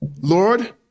Lord